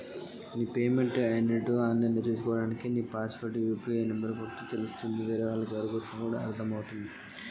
నా పేమెంట్ అయినట్టు online లా నేను ఎట్ల చూస్కోవాలే?